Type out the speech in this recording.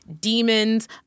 demons